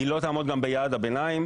היא לא תעמוד גם ביעד הביניים,